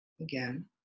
again